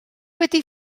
wedi